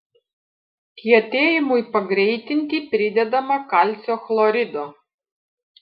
kietėjimui pagreitinti pridedama kalcio chlorido